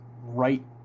right